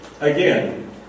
again